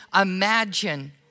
imagine